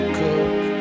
cook